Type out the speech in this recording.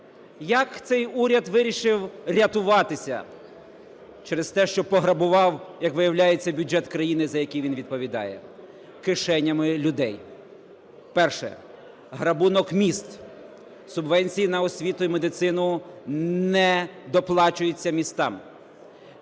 Як цей уряд вирішив рятуватися? Через те, що пограбував, як виявляється, бюджет країни, за який він відповідає, кишенями людей. Перше. Грабунок міст. Субвенції на освіту і медицину не доплачуються містам.